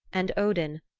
and odin,